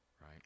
right